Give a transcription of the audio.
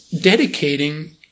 dedicating